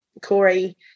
Corey